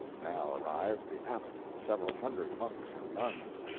now arrived the abbot and several hundred monks and nuns,